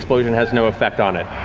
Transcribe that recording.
explosion has no effect on it.